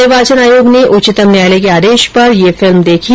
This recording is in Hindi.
निर्वाचन आयोग ने उच्चतम न्यायालय के आदेश पर यह फिल्म देखी